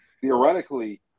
theoretically